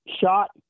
shot